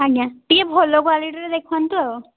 ଆଜ୍ଞା ଟିକିଏ ଭଲ କ୍ୱାଲିଟିର ଦେଖାନ୍ତୁ ଆଉ